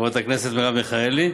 חברת הכנסת מרב מיכאלי,